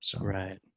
Right